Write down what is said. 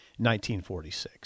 1946